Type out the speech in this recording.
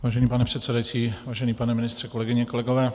Vážený pane předsedající, vážený pane ministře, kolegyně, kolegové.